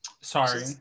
Sorry